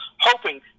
hoping